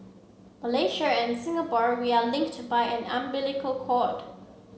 Malaysia and Singapore we are linked by an umbilical cord